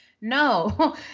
no